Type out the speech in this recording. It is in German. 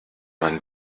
man